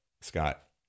Scott